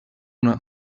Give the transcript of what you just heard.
una